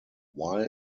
while